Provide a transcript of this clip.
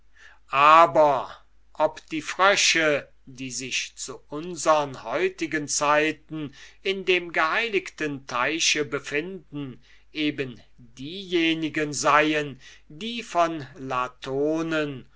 aber ob die frösche die sich zu unsern heutigen zeiten in dem geheiligten teiche befinden eben diejenigen seien die von